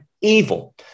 evil